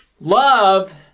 Love